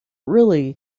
really